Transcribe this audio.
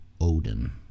Odin